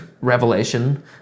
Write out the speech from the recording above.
revelation